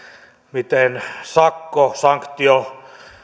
miten sakkosanktio